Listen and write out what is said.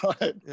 right